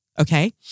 Okay